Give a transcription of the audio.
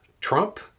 Trump